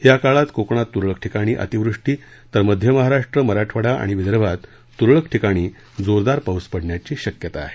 याकाळात कोकणात तुरळक ठिकाणी अतिवृष्टी तर मध्य महाराष्ट्र मराठवाडा आणि विदर्भात तुरळक ठिकाणी जोरदार पाऊस पडण्याची शक्यता आहे